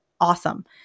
awesome